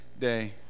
day